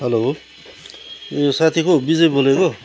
hello ए साथी पो विजय बोलेको हौ